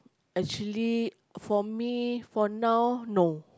actually for me for now no